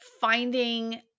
finding